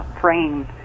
frame